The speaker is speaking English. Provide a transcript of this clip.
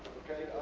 okay,